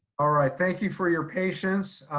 all right, thank you for your patience.